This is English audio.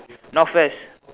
northwest